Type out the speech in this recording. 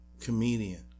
comedian